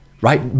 right